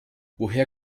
woher